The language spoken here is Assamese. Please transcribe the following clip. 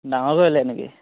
ডাঙৰ কৰিলে নেকি